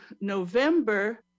November